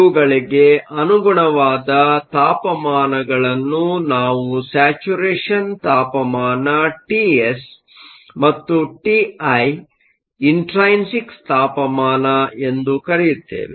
ಇವುಗಳಿಗೆ ಅನುಗುಣವಾದ ತಾಪಮಾನಗಳನ್ನು ನಾವು ಸ್ಯಾಚುರೇಷನ್ ತಾಪಮಾನ ಟಿಎಸ್ ಮತ್ತು ಟಿಐ ಇಂಟ್ರೈನ್ಸಿಕ್ ತಾಪಮಾನ ಎಂದು ಕರೆಯುತ್ತೇವೆ